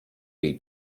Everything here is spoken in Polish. jej